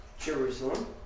Jerusalem